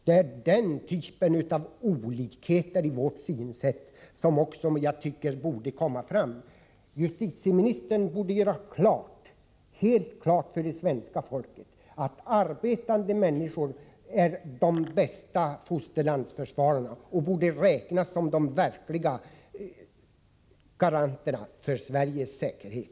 Det är den typen av olikheter i synsätt som jag tycker borde komma fram. Justitieministern borde göra helt klart för det svenska folket att arbetande människor är de bästa fosterlandsförsvararna och borde räknas som de verkliga garanterna för Sveriges säkerhet.